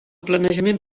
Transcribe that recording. planejament